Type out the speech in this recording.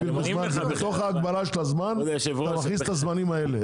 בתוך ההגבלה של הזמן אתה מכניס את הזמנים האלה.